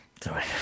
Sorry